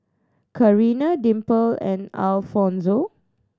Carina Dimple and Alfonzo